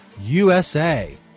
USA